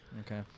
Okay